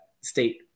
state